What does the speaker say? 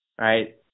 Right